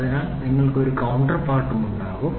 അതിനാൽ നിങ്ങൾക്ക് ഒരു കൌണ്ടർപാർട്ടും ഉണ്ടാകും